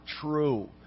true